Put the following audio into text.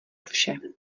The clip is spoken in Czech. vše